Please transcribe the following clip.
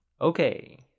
Okay